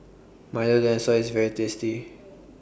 Milo Dinosaur IS very tasty